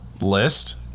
list